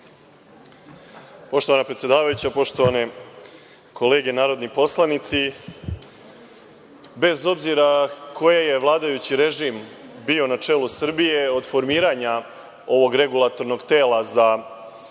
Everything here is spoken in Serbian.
Poštovana predsedavajuća, poštovane kolege narodni poslanici, bez obzira koji je vladajući režim bio na čelu Srbije od formiranja ovog regulatornog tela za